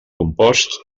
composts